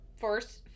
First